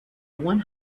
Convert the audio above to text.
one